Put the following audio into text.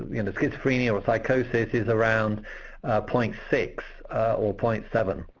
and the schizophrenia or psychosis is around point six or point seven